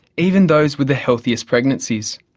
even those with the healthiest pregnancies.